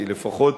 כי לפחות